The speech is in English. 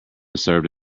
served